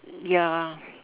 ya